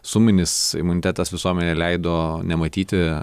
suminis imunitetas visuomenei leido nematyti